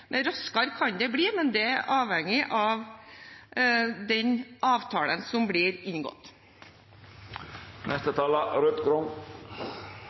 men det er avhengig av den avtalen som blir inngått.